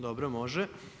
Dobro, može.